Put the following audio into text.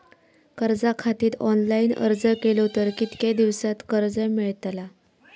कर्जा खातीत ऑनलाईन अर्ज केलो तर कितक्या दिवसात कर्ज मेलतला?